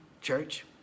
church